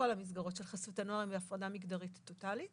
הן בהפרדה מגדרית טוטאלית